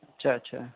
اچھا اچھا